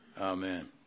Amen